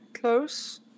close